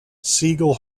siegel